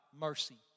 mercy